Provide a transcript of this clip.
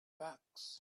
backs